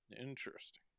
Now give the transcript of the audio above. Interesting